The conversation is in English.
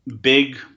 big